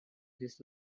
his